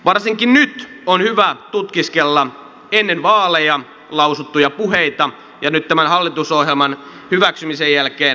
varsinkin nyt on hyvä tutkiskella ennen vaaleja lausuttuja puheita ja nyt tämän hallitusohjelman hyväksymisen jälkeen tulleita tekoja